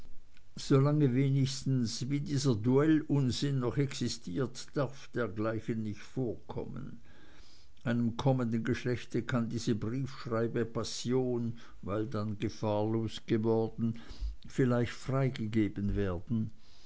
wenigstens wie dieser duellunsinn noch existiert darf dergleichen nicht vorkommen einem kommenden geschlecht kann diese briefschreibepassion weil dann gefahrlos geworden vielleicht freigegeben werden